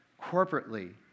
corporately